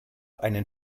einen